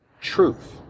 truth